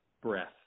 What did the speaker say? breath